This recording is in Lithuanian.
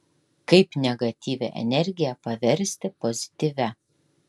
kaip negatyvią energiją paversti pozityvia